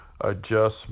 adjustment